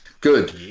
Good